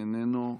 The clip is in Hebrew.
איננו.